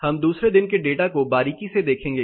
हम दूसरे दिन के डेटा को बारीकी से देखेंगे